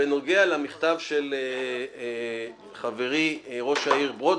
בנוגע למכתב של חברי ראש העיר ברודני,